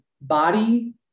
body